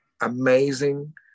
amazing